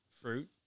fruit